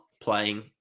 playing